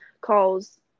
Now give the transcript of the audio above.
calls